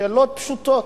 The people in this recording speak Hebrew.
שאלות פשוטות.